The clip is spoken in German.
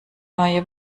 neue